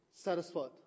satisfied